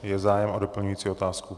Je zájem o doplňující otázku?